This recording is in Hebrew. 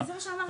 זה מה שאמרתי.